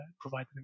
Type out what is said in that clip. provide